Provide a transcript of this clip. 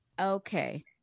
Okay